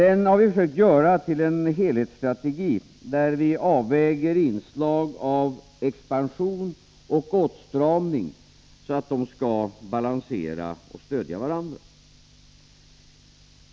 Vi har försökt göra en helhetsstrategi, där vi avväger inslag av expansion och åtstramning, så att de skall balansera och stödja varandra.